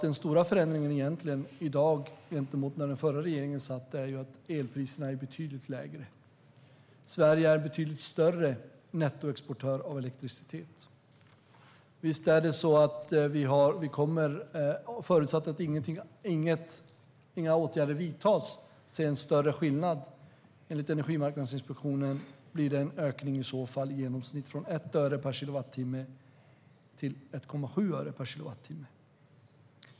Den stora förändringen i dag gentemot när den förra regeringen satt är egentligen att elpriserna är betydligt lägre. Sverige är betydligt större nettoexportör av elektricitet. Visst kommer vi - förutsatt att inga åtgärder vidtas - att se en större skillnad. Enligt Energimarknadsinspektionen blir det i så fall en ökning från i genomsnitt 1 öre per kilowattimme till 1,7 öre per kilowattimme.